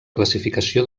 classificació